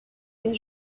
c’est